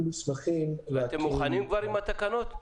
אתם מוכנים עם התקנות?